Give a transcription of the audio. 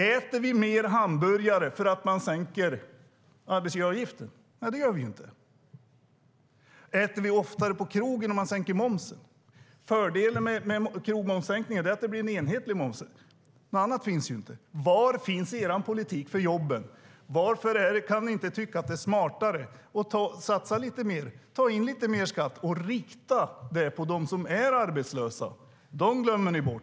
Äter vi mer hamburgare därför att arbetsgivaravgiften sänks? Nej, det gör vi inte. Äter vi oftare på krogen om man sänker momsen? Fördelen med krogmomssänkningen är att det blir en enhetlig moms - något annan finns inte. Var finns er politik för jobben? Varför kan ni inte tycka att det är smartare att satsa lite mer, att ta in lite mer skatt och rikta det till dem som är arbetslösa? Dem glömmer ni bort.